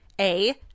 A-